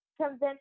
Convince